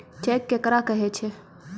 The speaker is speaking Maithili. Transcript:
चेक केकरा कहै छै?